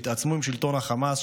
והתעצמו עם שלטון החמאס,